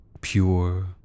pure